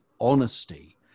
honesty